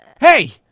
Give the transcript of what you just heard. Hey